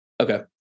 Okay